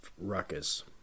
ruckus